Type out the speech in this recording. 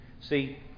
See